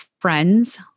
friends